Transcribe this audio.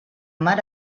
mar